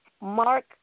Mark